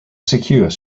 secure